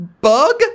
bug